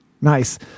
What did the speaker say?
Nice